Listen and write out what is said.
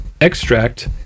extract